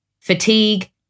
fatigue